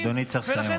אדוני צריך רק לסיים.